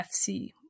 FC